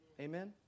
Amen